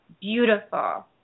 beautiful